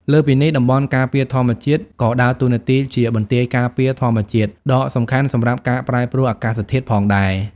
លើសពីនេះ តំបន់ការពារធម្មជាតិក៏ដើរតួនាទីជាបន្ទាយការពារធម្មជាតិដ៏សំខាន់សម្រាប់ការប្រែប្រួលអាកាសធាតុផងដែរ។